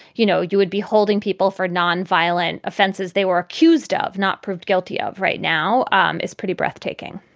you know, you would be holding people for nonviolent offenses they were accused of, not proved guilty of right now um is pretty breathtaking